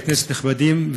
חברי הכנסת הנכבדים,